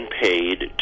paid